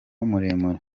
muremure